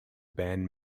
band